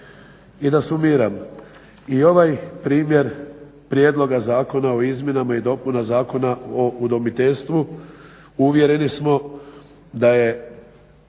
I da sumiram, i ovaj primjer Prijedloga zakona o izmjenama i dopunama Zakona o udomiteljstvu uvjeri smo da je